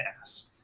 ass